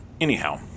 Anyhow